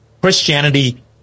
Christianity